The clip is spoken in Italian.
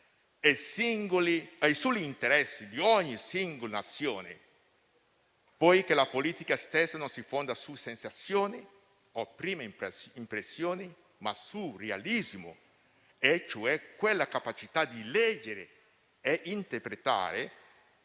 o sui soli interessi di ogni singola azione poiché la politica stessa non si fonda su sensazioni o prime impressioni, ma sul realismo e, cioè, la capacità di leggere e interpretare